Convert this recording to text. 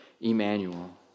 Emmanuel